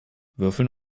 würfeln